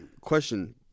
question